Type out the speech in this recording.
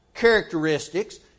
Characteristics